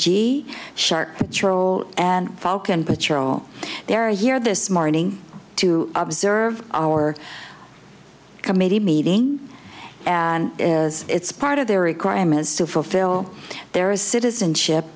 g shark traill and falcon patrol they're here this morning to observe our committee meeting and it's part of their requirements to fulfill their citizenship